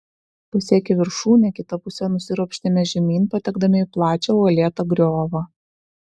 pasiekę viršūnę kita puse nusiropštėme žemyn patekdami į plačią uolėtą griovą